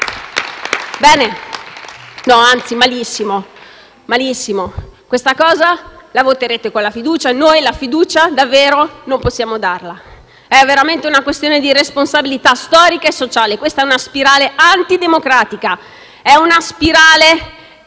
Bene, anzi malissimo. Questa cosa la voterete con la fiducia. Noi, la fiducia, davvero non possiamo darla. È veramente una questione di responsabilità, storica e sociale. Questa è una spirale antidemocratica. È una spirale